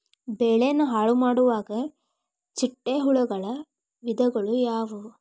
ಬೆಳೆನ ಹಾಳುಮಾಡುವ ಚಿಟ್ಟೆ ಹುಳುಗಳ ವಿಧಗಳು ಯಾವವು?